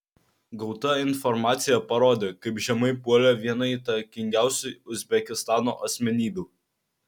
gauta informacija parodė kaip žemai puolė viena įtakingiausių uzbekistano asmenybių